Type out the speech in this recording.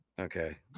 okay